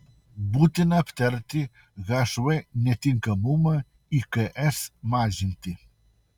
būtina aptarti hv netinkamumą iks mažinti